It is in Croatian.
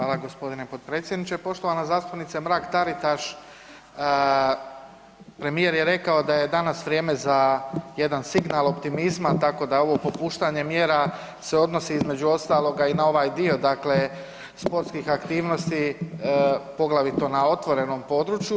Hvala gospodine potpredsjedniče, poštovana zastupnice Mrak Taritaš, premijer je rekao da je danas vrijeme za jedan signal optimizma tako da ovo popuštanje mjera se odnosi između ostaloga i na ovaj dio, dakle sportskih aktivnosti poglavito na otvorenim području.